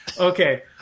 Okay